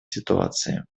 ситуации